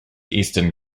eastern